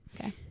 Okay